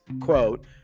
quote